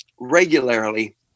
regularly